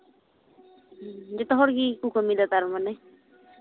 ᱡᱚᱛᱚ ᱦᱚᱲ ᱜᱮᱠᱚ ᱞᱟᱹᱢᱤᱭᱫᱟ ᱛᱟᱨ ᱢᱟᱱᱮ